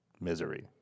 misery